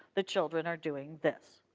the children are doing this